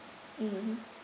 mmhmm